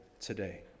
today